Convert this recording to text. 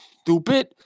stupid